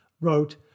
wrote